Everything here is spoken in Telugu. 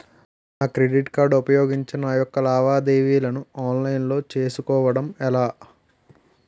నా క్రెడిట్ కార్డ్ ఉపయోగించి నా యెక్క లావాదేవీలను ఆన్లైన్ లో చేసుకోవడం ఎలా?